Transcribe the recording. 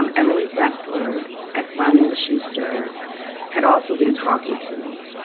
um emily bessler at simon and schuster had also been talking to me.